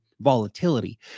volatility